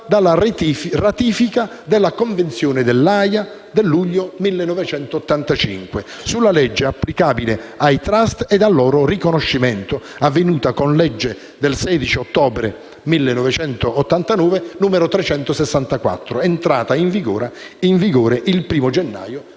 dalla ratifica della Convenzione dell'Aja del 1° luglio 1985 sulla legge applicabile ai *trust* e al loro riconoscimento, avvenuta con legge 16 ottobre 1989 n. 364, entrata in vigore il 1° gennaio 1992.